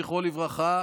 זכרו לברכה,